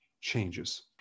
changes